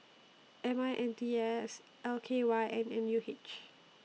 M I N D S L K Y and N U H